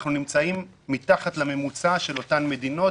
אנחנו נמצאים מתחת לממוצע של אותן מדינות.